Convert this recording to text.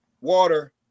water